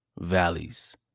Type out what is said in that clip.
valleys